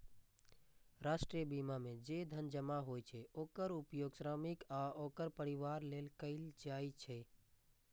राष्ट्रीय बीमा मे जे धन जमा होइ छै, ओकर उपयोग श्रमिक आ ओकर परिवार लेल कैल जाइ छै